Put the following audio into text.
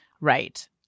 Right